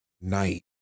night